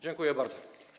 Dziękuję bardzo.